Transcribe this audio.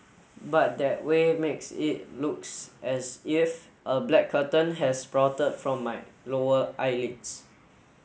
but that way makes it looks as if a black curtain has sprouted from my lower eyelids